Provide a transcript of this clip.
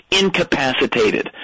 incapacitated